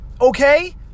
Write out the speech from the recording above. okay